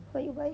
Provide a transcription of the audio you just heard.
what you buy